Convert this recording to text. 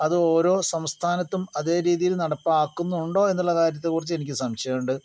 അത് ഓരോ സംസ്ഥാനത്തും അതേ രീതിയിൽ നടപ്പാക്കുന്നുണ്ടോയെന്നുള്ള കാര്യത്തെക്കുറിച്ച് എനിക്ക് സംശയം ഉണ്ട്